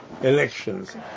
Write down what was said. elections